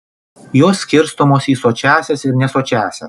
jos skirstomos į sočiąsias ir nesočiąsias